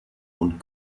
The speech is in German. und